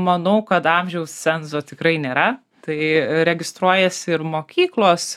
manau kad amžiaus cenzo tikrai nėra tai registruojasi ir mokyklos